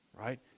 Right